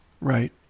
Right